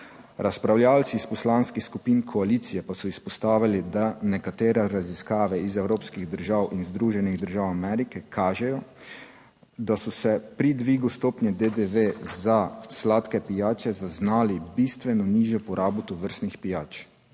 Razpravljavci iz poslanskih skupin koalicije pa so izpostavili, da nekatere raziskave iz evropskih držav in Združenih držav Amerike kažejo, da so se pri dvigu stopnje DDV za sladke pijače zaznali bistveno nižjo porabo tovrstnih pijač.